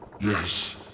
Yes